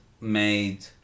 made